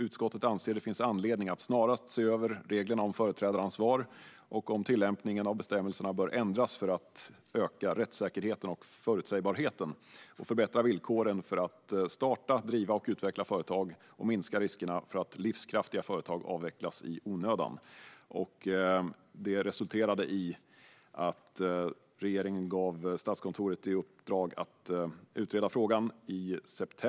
Utskottet anser att det finns anledning att snarast se över reglerna om företrädaransvar och om tillämpningen av bestämmelserna bör ändras för att öka rättssäkerheten och förutsägbarheten och förbättra villkoren för att starta, driva och utveckla företag och minska riskerna för att livskraftiga företag avvecklas i onödan." Detta resulterade i att regeringen i september förra året gav Statskontoret i uppdrag att utreda frågan.